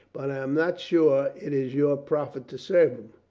but i am not sure it is your profit to serve him.